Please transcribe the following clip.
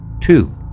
Two